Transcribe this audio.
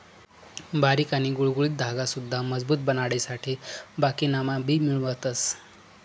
बारीक आणि गुळगुळीत धागा सुद्धा मजबूत बनाडासाठे बाकिना मा भी मिळवतस